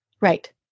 Right